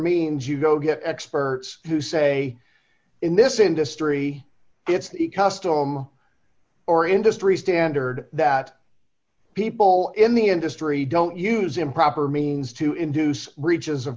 means you go get experts who say in this industry it's the custom or industry standard that people in the industry don't use improper means to induce breaches of